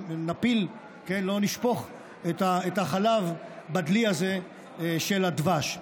נשפוך את החלב בדלי הזה של הדבש.